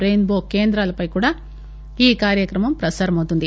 rain బో కేంద్రాలపై కూడా ఈ కార్యక్రమం ప్రసారమవుతుంది